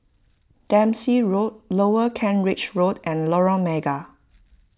Dempsey Road Lower Kent Ridge Road and Lorong Mega